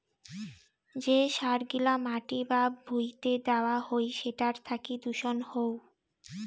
যে সার গিলা মাটি বা ভুঁইতে দেওয়া হই সেটার থাকি দূষণ হউ